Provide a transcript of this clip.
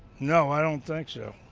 no i don't think so.